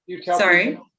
sorry